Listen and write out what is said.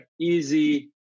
easy